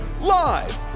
live